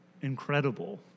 incredible